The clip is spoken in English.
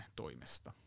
toimesta